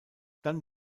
dann